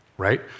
right